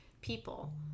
people